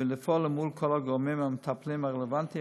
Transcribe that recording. ולפעול מול כל הגורמים המטפלים הרלוונטיים